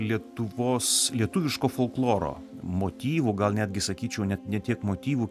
lietuvos lietuviško folkloro motyvų gal netgi sakyčiau net ne tiek motyvų